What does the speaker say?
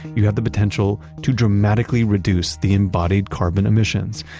you have the potential to dramatically reduce the embodied carbon emissions.